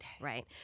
right